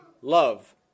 love